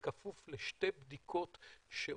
בכפוף לשתי בדיקות שעושים,